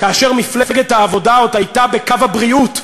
כאשר מפלגת העבודה עוד הייתה בקו הבריאות,